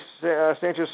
Sanchez